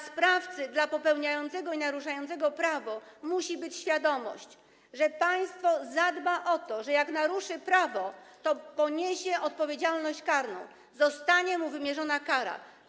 Sprawca, popełniający przestępstwo, naruszający prawo musi mieć świadomość, że państwo zadba o to, że jak naruszy prawo, to poniesie odpowiedzialność karną, to zostanie mu wymierzona kara.